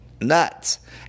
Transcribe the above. nuts